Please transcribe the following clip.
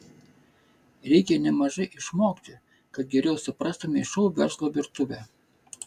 reikia nemažai išmokti kad geriau suprastumei šou verslo virtuvę